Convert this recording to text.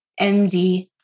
MD